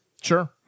Sure